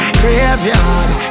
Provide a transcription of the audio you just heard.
graveyard